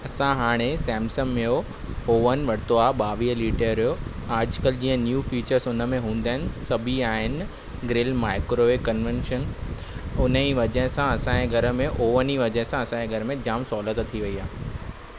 असां हाणे सैमसंग नओं ओवन वरितो आहे ॿावीह लीटर हो अॼुकल्ह जीअं न्यू फीचर्स हुन में हूंदा आहिनि सभेई आहिनि ग्रिल माइक्रोवेव कनवेंशन उन ई वजह सां असांजे घरु में ओवन ई वजह सां असांजे घर में जामु सहुलियत थी वई आहे